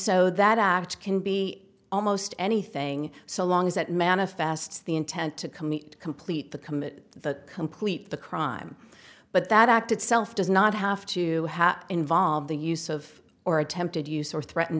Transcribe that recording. so that act can be almost anything so long as that manifests the intent to commit complete the commit the complete the crime but that act itself does not have to involve the use of or attempted use or threatened